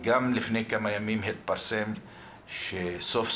לפני כמה ימים התפרסם שסוף-סוף,